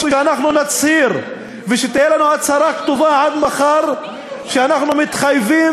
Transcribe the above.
ושתהיה לנו הצהרה כתובה עד מחר שאנחנו מתחייבים